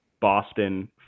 Boston